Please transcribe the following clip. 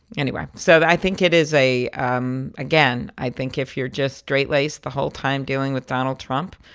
anyway, so i think it is a um again, i think if you're just straight-laced the whole time dealing with donald trump,